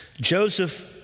joseph